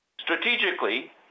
Strategically